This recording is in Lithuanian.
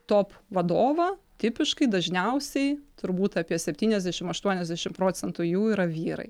top vadovą tipiškai dažniausiai turbūt apie septyniasdešim aštuoniasdešim procentų jų yra vyrai